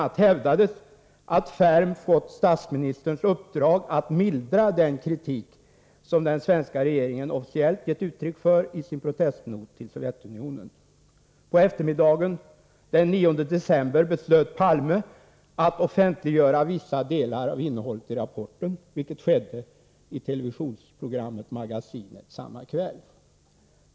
a. hävdades att Ferm fått statsministerns uppdrag att mildra den kritik som den svenska regeringen officiellt gett uttryck för i sin protestnot till Sovjetunionen. På eftermiddagen den 9 december beslöt Palme att offentliggöra vissa delar av innehållet i rapporten, vilket skedde i televisionsprogrammet Magasinet samma kväll.